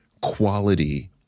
quality